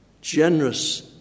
generous